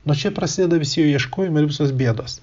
nuo čia prasideda visi jo ieškojimai ir visos bėdos